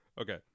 Okay